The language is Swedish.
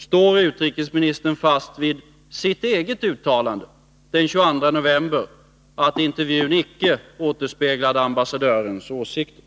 Står utrikesministern fast vid sitt eget uttalande den 22 november att intervjun icke återspeglade ambassadörens åsikter?